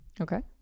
Okay